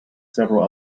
several